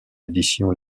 édition